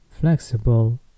flexible